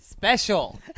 Special